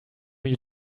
you